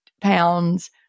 pounds